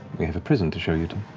we have a prison to show you to.